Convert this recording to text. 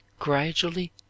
gradually